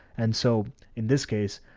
and so in this case,